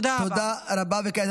תודה רבה.